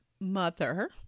mother